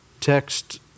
text